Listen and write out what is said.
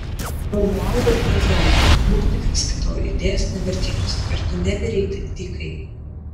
romualdai ozolai būk tikras kad tavo idėjos nemirtingos ir tu nemirei dykai